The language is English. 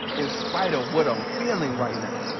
in spite of what i'm feeling right now,